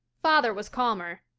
father was calmer.